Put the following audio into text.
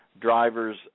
drivers